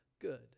good